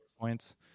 points